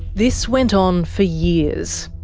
this went on for years.